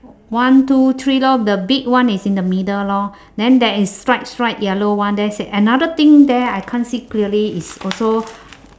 one two three lor the big one is in the middle lor then there is stripe stripe yellow one that's it another thing there I can't see clearly is also